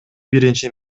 биринчи